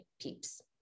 peeps